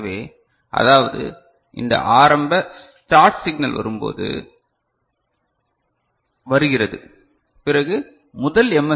எனவே அதாவது இந்த ஆரம்ப ஸ்டார்ட் சிக்னல் வருகிறது பிறகு முதல் எம்